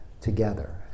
together